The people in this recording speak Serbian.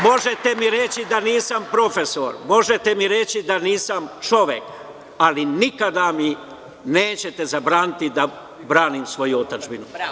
Možete mi reći da nisam profesor, možete mi reći da nisam čovek, ali nikada mi nećete zabraniti da branim svoju otadžbinu.